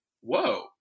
whoa